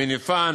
מניפה,